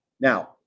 Now